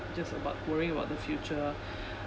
just about worrying about the future